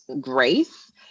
grace